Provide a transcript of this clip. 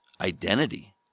identity